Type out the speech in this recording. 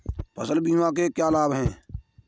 फसल बीमा के क्या लाभ हैं?